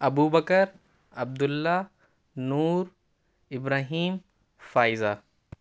Abubakar Abdullah Noor Ibrahim Faiza